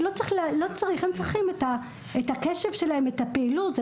הם צריכים את הקשב שלהם, את הפעילות.